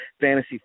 fantasy